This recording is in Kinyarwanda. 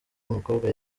umukobwa